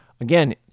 Again